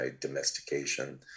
domestication